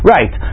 Right